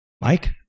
Mike